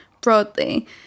broadly